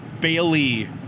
Bailey